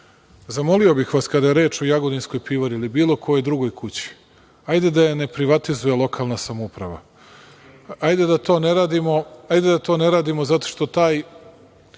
Zamolio bih vas, kada je reč o jagodinskoj pivari ili bilo kojoj drugoj kući, hajde da je ne privatizuje lokalna samouprava. Hajde, da to ne radimo zato što taj